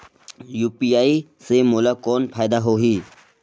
UPI से मोला कौन फायदा होही?